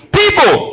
people